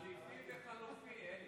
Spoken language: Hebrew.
חליפי וחלופי,